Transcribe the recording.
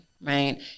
right